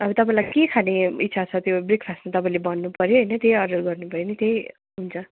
अब तपाईँलाई के खाने इच्छा छ त्यो ब्रेकफास्टमा तपाईँले भन्नुपऱ्यो हैन त्यही अर्डर गर्नुभयो ने त्यही हुन्छ